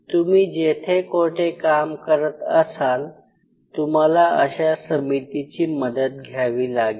तुम्ही जेथे कोठे काम करत असाल तुम्हाला अशा समितीची मदत घ्यावी लागेल